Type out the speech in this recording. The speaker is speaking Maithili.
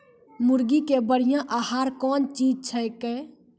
मुर्गी के बढ़िया आहार कौन चीज छै के?